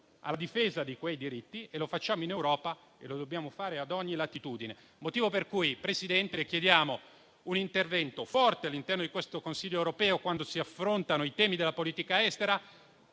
alla difesa di quei diritti. Lo facciamo in Europa e lo dobbiamo fare ad ogni latitudine. Per questo motivo, Presidente, le chiediamo un intervento forte all'interno di questo Consiglio europeo quando si affrontano i temi della politica estera,